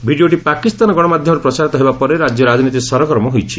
ଭିଡ଼ିଓଟି ପାକିସ୍ତାନ ଗଶମାଧ୍ଧମରେ ପ୍ରସାରିତ ହେବା ପରେ ରାଜ୍ୟ ରାଜନୀତି ସରଗରମ ହୋଇଛି